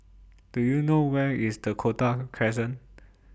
Do YOU know Where IS The Dakota Crescent